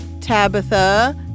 Tabitha